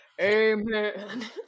Amen